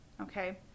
okay